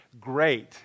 Great